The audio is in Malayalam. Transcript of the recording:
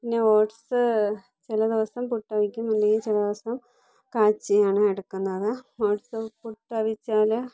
പിന്നെ ഓട്സ് ചില ദിവസം പുട്ട് അവിക്കും ചില ദിവസം കാച്ചിയാണ് എടുക്കുന്നത് ഓട്സ് പുട്ട് അവിച്ചാൽ